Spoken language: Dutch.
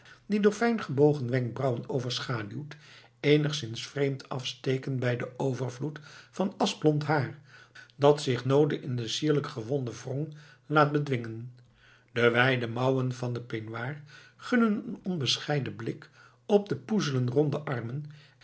die door fijn gebogen wenkbrauwen overschaduwd eenigszins vreemd afsteken bij den overvloed van aschblond haar dat zich noode in de sierlijk gewonden wrong laat bedwingen de wijde mouwen van den peignoir gunnen een onbescheiden blik op den poezelen ronden arm